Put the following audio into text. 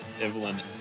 Evelyn